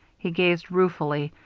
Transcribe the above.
he gazed ruefully,